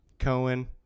Cohen